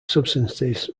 substances